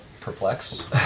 perplexed